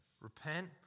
Repent